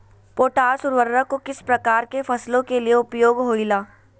Potash उर्वरक को किस प्रकार के फसलों के लिए उपयोग होईला?